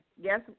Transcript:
Yes